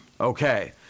Okay